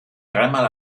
dreimal